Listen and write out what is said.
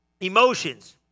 Emotions